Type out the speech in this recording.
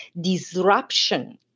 disruption